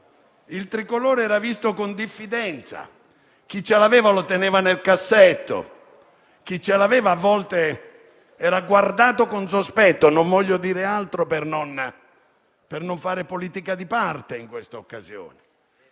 il Tricolore era visto con diffidenza; chi ce l'aveva, lo teneva nel cassetto. Chi ce l'aveva, a volte era guardato con sospetto. Non voglio dire altro per non fare politica di parte in questa occasione.